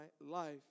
life